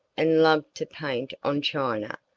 and loved to paint on china,